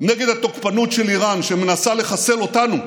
נגד התוקפנות של איראן, שמנסה לחסל אותנו,